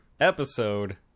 episode